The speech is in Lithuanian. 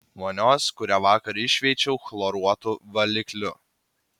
vonios kurią vakar iššveičiau chloruotu valikliu